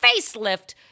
facelift